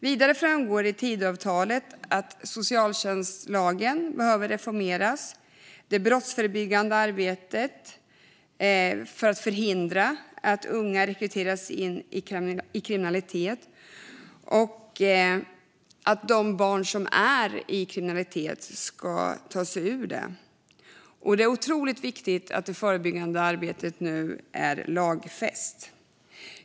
Vidare framgår det i Tidöavtalet att socialtjänstlagen behöver reformeras. Det handlar om det brottsförebyggandet arbetet för att förhindra att unga rekryteras in i kriminalitet och om arbetet för att de barn som är i kriminalitet ska ta sig ur det. Det är otroligt viktigt att det förebyggande arbetet nu är lagfäst.